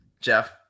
Jeff